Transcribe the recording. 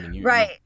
Right